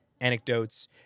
anecdotes